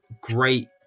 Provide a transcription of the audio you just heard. great